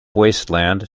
wasteland